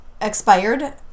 expired